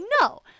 No